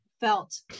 felt